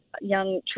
young